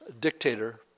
dictator